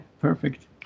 perfect